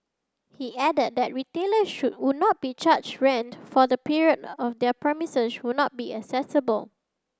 he added that retailer should would not be charged rent for the period of their premises would not been accessible